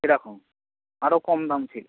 এরকম আরো কম দাম ছিলো